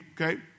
okay